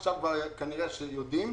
עכשיו כנראה יודעים,